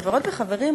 חברות וחברים,